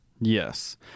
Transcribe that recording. yes